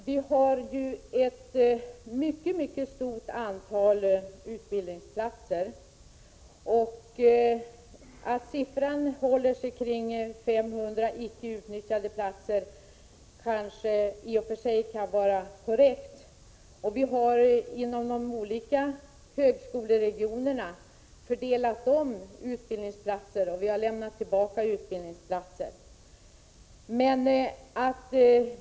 Herr talman! Vi har ett mycket stort antal utbildningsplatser. Det kan kanske vara korrekt att siffran håller sig kring 500 inte utnyttjade platser. Vi har inom de olika högskoleregionerna fördelat om och lämnat tillbaka utbildningsplatser.